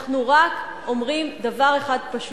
אנחנו רק אומרים דבר אחד פשוט: